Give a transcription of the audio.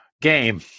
game